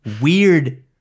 weird